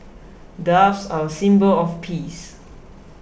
doves are a symbol of peace